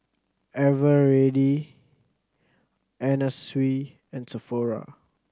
Eveready Anna Sui and Sephora